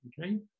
okay